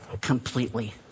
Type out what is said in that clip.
completely